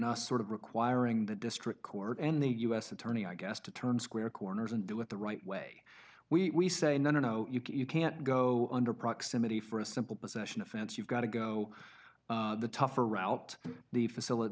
a sort of requiring the district court and the u s attorney i guess to turn square corners and do it the right way we say no no no you can't go under proximity for a simple possession offense you've got to go the tougher route the facility